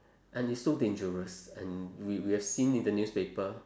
and it's so dangerous and we we have seen in the newspaper